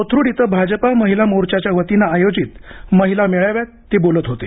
कोथरुड इथं भाजपा महिला मोर्चाच्या वतीनं आयोजित महिला मेळाव्यात ते बोलत होते